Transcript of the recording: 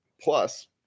plus